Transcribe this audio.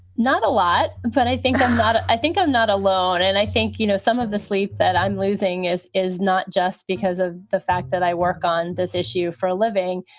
not a lot, but i think i'm not. i think i'm not alone. and i think, you know, some of the sleep that i'm losing is is not just because of the fact that i work on this issue for a living.